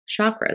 chakras